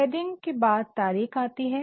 heading के बाद तारीख आती है